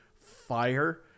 fire